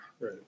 Right